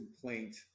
complaint